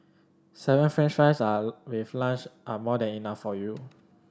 seven French fries are with lunch are more than enough for you